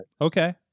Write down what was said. Okay